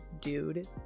dude